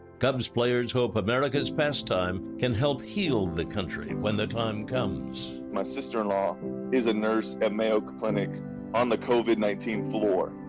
cubs' players hope america's pastime can help heal the country when the time comes. my sister-in-law is a nurse at mayo clinic on the covid nineteen floor.